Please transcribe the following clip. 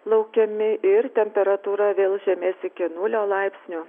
laukiami ir temperatūra vėl žemės iki nulio laipsnių